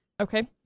Okay